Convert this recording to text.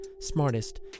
smartest